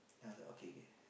then I was like okay